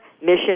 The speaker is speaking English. mission